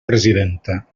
presidenta